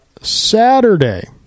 Saturday